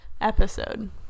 episode